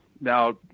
Now